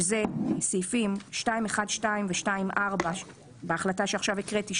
שזה סעיפים 2(1)(ב) ו-2(4) בהחלטה שעכשיו הקראתי,